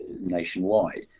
nationwide